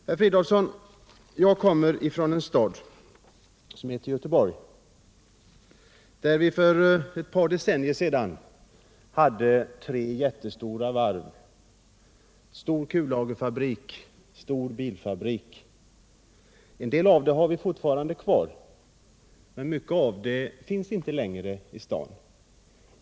Herr Fridolfsson, jag kommer från Göteborg, där vi för ett par decennier sedan hade tre jättestora varv, stor kullagerfabrik och stor bilfabrik. En del av detta har vi fortfarande kvar, men mycket har försvunnit.